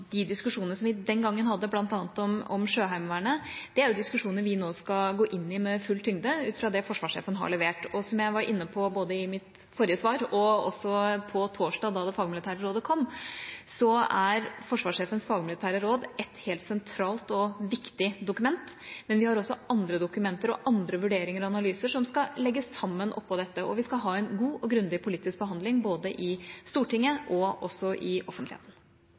De diskusjonene som vi den gangen hadde bl.a. om Sjøheimevernet, er diskusjoner vi nå skal gå inn i med full tyngde ut fra det forsvarssjefen har levert. Og som jeg var inne på, både i mitt forrige svar og også på torsdag da det fagmilitære rådet kom, så er forsvarssjefens fagmilitære råd et helt sentralt og viktig dokument. Men vi har også andre dokumenter og andre vurderinger og analyser som skal legges sammen oppå dette, og vi skal ha en god og grundig politisk behandling både i Stortinget og i offentligheten.